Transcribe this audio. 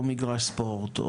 או מגרש ספורט,